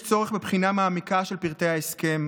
יש צורך בבחינה מעמיקה של פרטי ההסכם.